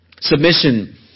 Submission